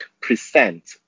present